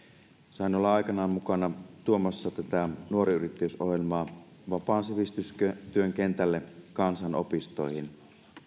sain olla aikanaan mukana tuomassa tätä nuori yrittäjyys ohjelmaa vapaan sivistystyön kentälle kansanopistoihin